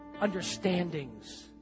understandings